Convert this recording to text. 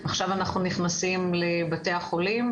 עכשיו אנחנו נכנסים לבתי החולים.